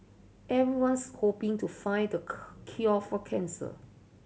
everyone's hoping to find the cure for cancer